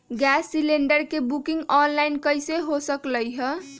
Gas cylinder के booking online कईसे हो सकलई ह?